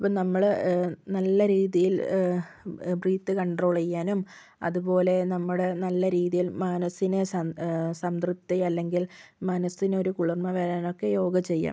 അപ്പം നമ്മൾ നല്ല രീതിയിൽ ബ്രീത് കൺട്രോൾ ചെയ്യാനും അതുപോലെ നമ്മുടെ നല്ല രീതിയിൽ മനസ്സിനെ സംതൃ സംതൃപ്തി അല്ലെങ്കിൽ മനസ്സിന് ഒരു കുളിർമ വരാനൊക്കെ യോഗ ചെയ്യാം